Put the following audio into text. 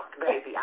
baby